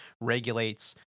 regulates